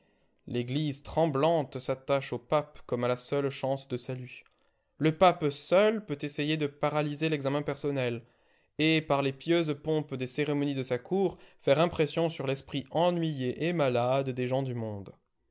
l'église tremblante s'attache au pape comme à la seule chance de salut le pape seul peut essayer de paralyser l'examen personnel et par les pieuses pompes des cérémonies de sa cour faire impression sur l'esprit ennuyé et malade des gens du monde